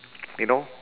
you know